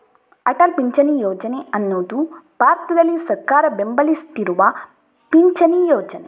ಅಟಲ್ ಪಿಂಚಣಿ ಯೋಜನೆ ಅನ್ನುದು ಭಾರತದಲ್ಲಿ ಸರ್ಕಾರ ಬೆಂಬಲಿಸ್ತಿರುವ ಪಿಂಚಣಿ ಯೋಜನೆ